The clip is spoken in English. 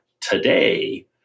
Today